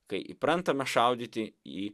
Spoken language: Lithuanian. kai įprantame šaudyti į